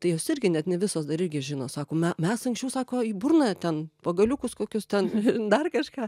tai jos irgi net ne visos dar irgi žino sako me mes anksčiau sako į burną ten pagaliukus kokius ten dar kažką